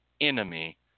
enemy